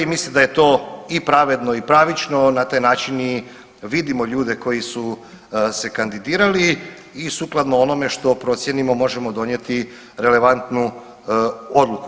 I mislim da je to pravedno i pravično na taj način i vidimo ljude koji su se kandidirali i sukladno onome što procijenimo možemo donijeti relevantnu odluku.